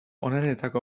onenetako